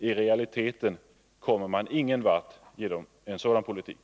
I realiteten kommer man ingenvart genom en sådan politik.